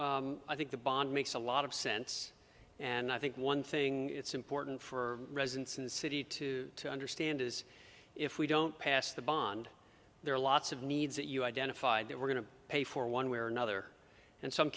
i think the bond makes a lot of sense and i think one thing it's important for residents in the city to understand is if we don't pass the bond there are lots of needs that you identified that we're going to pay for one way or another and so i'm